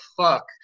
fuck